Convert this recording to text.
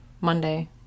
Monday